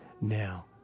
Now